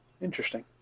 Interesting